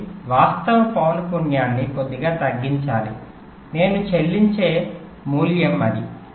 కాబట్టి వాస్తవ పౌన పున్యాన్ని కొద్దిగా తగ్గించాలి నేను చెల్లించే మూల్యం అది